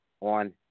on